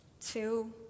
Two